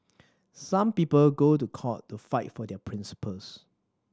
some people go to court to fight for their principles